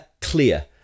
clear